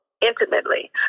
intimately